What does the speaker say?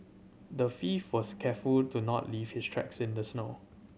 the thief was careful to not leave his tracks in the snow